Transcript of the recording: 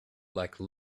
like